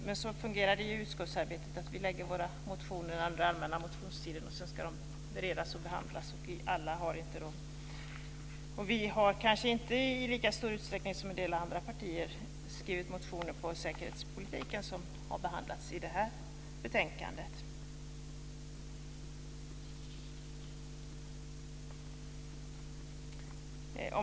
Men så fungerar utskottsarbetet att vi lägger våra motioner under den allmänna motionstiden, och sedan ska de beredas och behandlas. Vi har kanske inte i lika stor utsträckning som en del andra partier skrivit motioner på säkerhetspolitiken som behandlas i det här betänkandet.